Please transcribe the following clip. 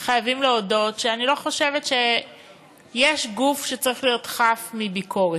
אני חייבת להודות שאני לא חושבת שיש גוף שצריך להיות חף מביקורת.